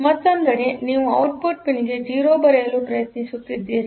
ಮತ್ತೊಂದೆಡೆ ನೀವು ಔಟ್ಪುಟ್ ಪಿನ್ಗೆ 0 ಬರೆಯಲು ಪ್ರಯತ್ನಿಸುತ್ತಿದ್ದೀರಿ